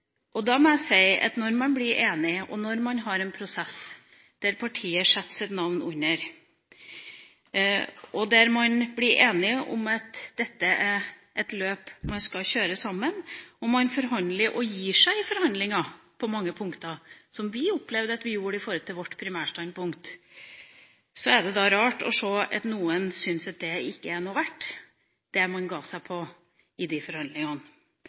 Da må jeg si: Når man blir enige, når man har en prosess der partiet setter sitt navn under, der man blir enig om at dette er et løp man skal kjøre sammen, og man forhandler, og gir seg i forhandlinger på mange punkter – som vi opplevde at vi gjorde når det gjelder vårt primærstandpunkt – er det rart å se at noen syns at det man ga seg på i de forhandlingene, ikke er noe verdt. Det er også rart at man